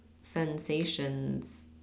sensations